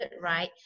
right